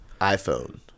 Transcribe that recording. iPhone